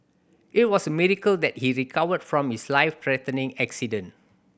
it was a miracle that he recovered from his life threatening accident